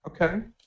Okay